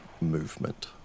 movement